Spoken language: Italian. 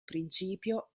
principio